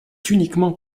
uniquement